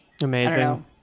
Amazing